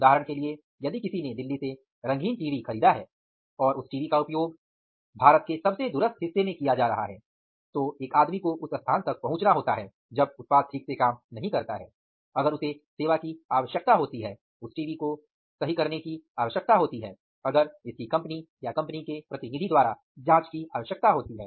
उदाहरण के लिए यदि किसी ने दिल्ली से रंगीन टीवी खरीदा है और उस टीवी का उपयोग भारत के सबसे दूरस्थ हिस्से में किया जा रहा है तो एक आदमी को उस स्थान तक पहुंचना होता है जब उत्पाद ठीक से काम नहीं करता है अगर उसे सेवा की आवश्यकता होती है अगर इसकी कंपनी या कंपनी के प्रतिनिधि द्वारा जांच की आवश्यकता होती है